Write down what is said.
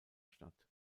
statt